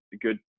good